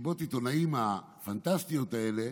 מסיבות העיתונאים הפנטסטיות האלה,